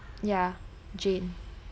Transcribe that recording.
ya jane